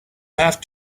have